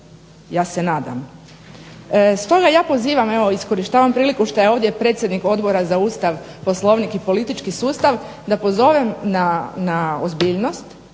ja se nadam. Stoga ja pozivam i evo iskorištavam priliku što je ovdje predsjednik Odbora za Ustav, POslovnik i politički sustav da pozovem na ozbiljnost